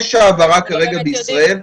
יש העברה כרגע בישראל.